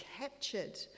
captured